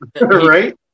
Right